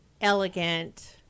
elegant